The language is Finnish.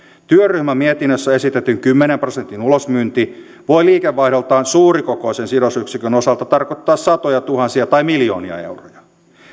työryhmämietinnössä esitetty kymmenen prosentin ulosmyynti voi liikevaihdoltaan suurikokoisen sidosyksikön osalta tarkoittaa satojatuhansia tai miljoonia euroja